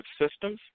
systems